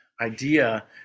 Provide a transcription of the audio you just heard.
idea